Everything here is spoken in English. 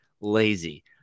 lazy